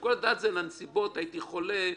שיקול הדעת זה לנסיבות: הייתי חולה,